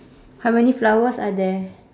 how many flowers are there